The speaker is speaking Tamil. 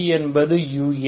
v என்பது u